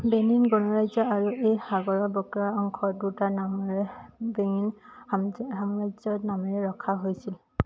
Benin গণৰাজ্য আৰু এই সাগৰৰ বক্ৰ অংশ দুটা নামেৰে বেনিন সাম সাম্ৰাজ্যৰ নামেৰে ৰখা হৈছিল